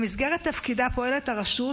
במסגרת תפקידה פועלת הרשות